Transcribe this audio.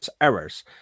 errors